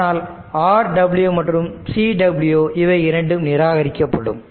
ஆனால் Rw மற்றும் Cw இவை இரண்டும் நிராகரிக்கப்படும்